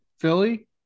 Philly